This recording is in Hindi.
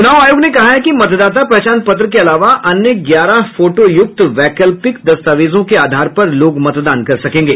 चुनाव आयोग ने कहा है कि मतदाता पहचान पत्र के अलावा अन्य ग्यारह फोटोयूक्त वैकल्पिक दस्तावेजों के आधार पर लोग मतदान कर सकेंगे